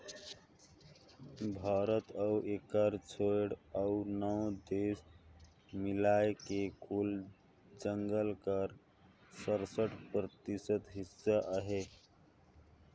भारत अउ एकर छोंएड़ अउ नव देस मिलाए के कुल जंगल कर सरसठ परतिसत हिस्सा अहे